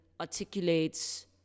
articulates